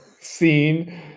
scene